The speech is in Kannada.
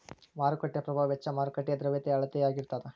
ಮಾರುಕಟ್ಟೆ ಪ್ರಭಾವ ವೆಚ್ಚ ಮಾರುಕಟ್ಟೆಯ ದ್ರವ್ಯತೆಯ ಅಳತೆಯಾಗಿರತದ